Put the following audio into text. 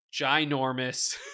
ginormous